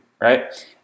right